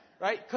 Right